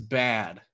bad